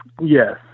yes